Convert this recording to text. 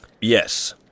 Yes